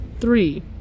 three